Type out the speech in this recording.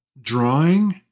drawing